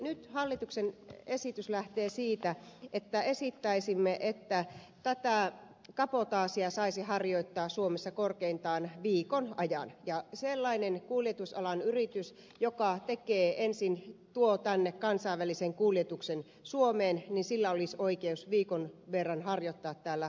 nyt hallituksen esitys lähtee siitä että esittäisimme että kabotaasia saisi harjoittaa suomessa korkeintaan viikon ajan ja sellaisella kuljetusalan yrityksellä joka tuo suomeen ensin kansainvälisen kuljetuksen olisi oikeus viikon verran harjoittaa täällä kabotaasia